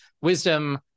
wisdom